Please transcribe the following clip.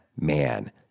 man